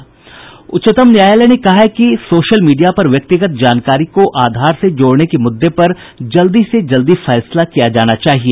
उच्चतम न्यायालय ने कहा है कि सोशल मीडिया पर व्यक्तिगत जानकारी को आधार से जोड़ने के मुद्दे पर जल्दी से जल्दी फैसला किया जाना चाहिए